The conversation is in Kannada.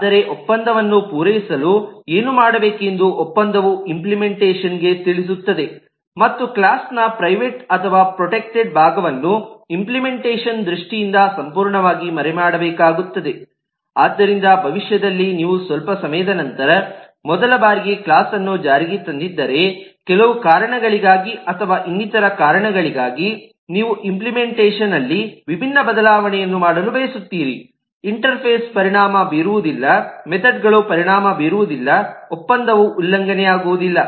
ಆದರೆ ಒಪ್ಪಂದವನ್ನು ಪೂರೈಸಲು ಏನು ಮಾಡಬೇಕೆಂದು ಒಪ್ಪಂದವು ಇಂಪ್ಲಿಮೆಂಟೇಷನ್ ಗೆ ತಿಳಿಸುತ್ತದೆ ಮತ್ತು ಕ್ಲಾಸ್ನ ಪ್ರೈವೇಟ್ ಅಥವಾ ಪ್ರೊಟೆಕ್ಟೆಡ್ ಭಾಗವನ್ನು ಇಂಪ್ಲಿಮೆಂಟೇಷನ್ ದೃಷ್ಟಿಯಿಂದ ಸಂಪೂರ್ಣವಾಗಿ ಮರೆಮಾಡಬೇಕಾಗುತ್ತದೆ ಆದ್ದರಿಂದ ಭವಿಷ್ಯದಲ್ಲಿ ನೀವು ಸ್ವಲ್ಪ ಸಮಯದ ನಂತರ ಮೊದಲ ಬಾರಿಗೆ ಕ್ಲಾಸ್ಅನ್ನು ಜಾರಿಗೆ ತಂದಿದ್ದರೆ ಕೆಲವು ಕಾರಣಗಳಿಗಾಗಿ ಅಥವಾ ಇನ್ನಿತರ ಕಾರಣಗಳಿಗಾಗಿ ನೀವು ಇಂಪ್ಲಿಮೆಂಟೇಷನ್ ಅಲ್ಲಿ ವಿಭಿನ್ನ ಬದಲಾವಣೆಯನ್ನು ಮಾಡಲು ಬಯಸುತ್ತೀರಿ ಇಂಟರ್ಫೇಸ್ ಪರಿಣಾಮ ಬೀರುವುದಿಲ್ಲ ಮೆಥೆಡ್ಗಳು ಪರಿಣಾಮ ಬೀರುವುದಿಲ್ಲ ಒಪ್ಪಂದವು ಉಲ್ಲಂಘನೆಯಾಗುವುದಿಲ್ಲ